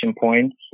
points